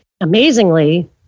Amazingly